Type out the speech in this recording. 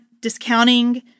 discounting